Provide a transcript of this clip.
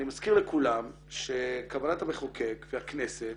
אני מזכיר לכולם שכוונת המחוקק והכנסת